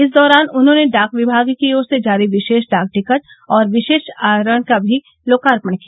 इस दौरान उन्होंने डाक विभाग की ओर से जारी विशेष डाक टिकट और विशेष आवरण का भी लोकार्पण किया